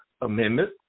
amendment